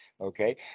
okay